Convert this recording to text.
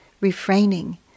Refraining